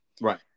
Right